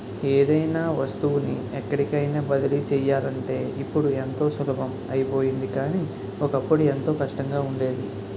ఏదైనా వస్తువుని ఎక్కడికైన బదిలీ చెయ్యాలంటే ఇప్పుడు ఎంతో సులభం అయిపోయింది కానీ, ఒకప్పుడు ఎంతో కష్టంగా ఉండేది